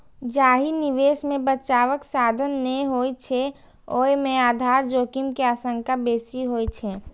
जाहि निवेश मे बचावक साधन नै होइ छै, ओय मे आधार जोखिम के आशंका बेसी होइ छै